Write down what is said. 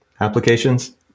Applications